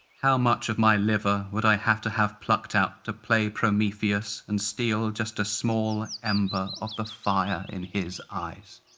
much of my liver would i have to have plucked out to play prometheus and steal just a small ember of the fire in his eyes?